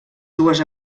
dues